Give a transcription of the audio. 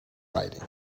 writing